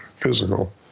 physical